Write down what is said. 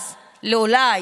אז אולי,